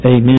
Amen